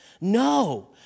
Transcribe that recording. No